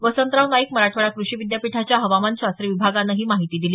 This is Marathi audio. वसंतराव नाईक मराठवाडा कृषी विद्यापीठाच्या हवामान शास्त्र विभागान ही माहिती दिली